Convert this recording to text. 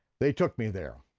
they took me there.